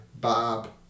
Bob